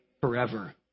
forever